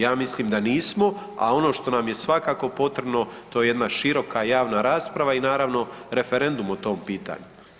Ja mislim da nismo a ono što nam je svakako potrebno, to je jedna široka javna rasprava i naravno, referendum o tom pitanju.